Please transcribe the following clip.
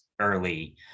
early